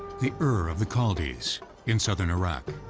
the ur of the chaldees in southern iraq.